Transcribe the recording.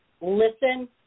Listen